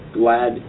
glad